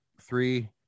three